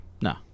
No